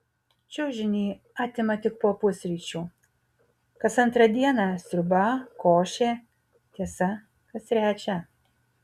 čiužinį atima tik po pusryčių kas antrą dieną sriuba košė tiesa kas trečią